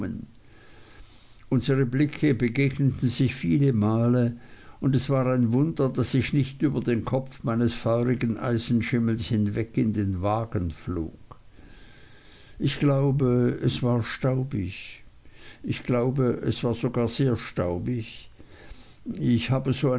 unsere blicke begegneten sich viele male und es war ein wunder daß ich nicht über den kopf meines feurigen eisenschimmels hinweg in den wagen flog ich glaube es war staubig ich glaube es war sogar sehr staubig ich habe so